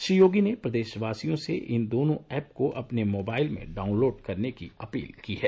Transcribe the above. श्री योगी ने प्रदेशवासियों से इन दोनों ऐप को अपने मोबाइल में डाउनलोड करने की अपील की है